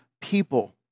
people